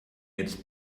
jetzt